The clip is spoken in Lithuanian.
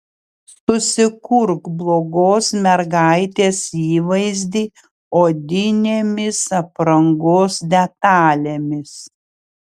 susikurk blogos mergaitės įvaizdį odinėmis aprangos detalėmis